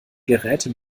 geräte